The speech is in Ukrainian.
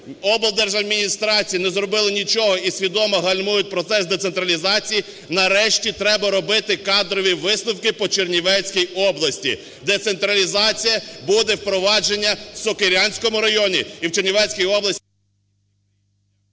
облдержадміністрації не зробили нічого і свідомо гальмують процес децентралізації, нарешті, треба робити кадрові висновки по Чернівецькій області. Децентралізація буде впроваджена в Сокирянському районі і в Чернівецькій області…